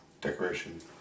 decoration